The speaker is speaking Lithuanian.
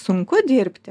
sunku dirbti